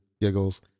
giggles